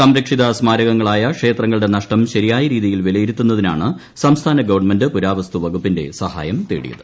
സംരക്ഷിത സ്മാരകങ്ങളായ ക്ഷേത്രങ്ങളുടെ നഷ്ടം ശരിയായ രീതിയിൽ വിലയിരുത്തുന്നതിനാണ് സംസ്ഥാന ഗവൺമെന്റ് പുരാവസ്തു വകുപ്പിന്റെ സഹായം തേടിയത്